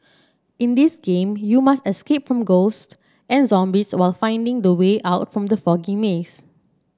in this game you must escape from ghosts and zombies while finding the way out from the foggy maze